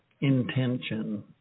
intention